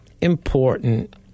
important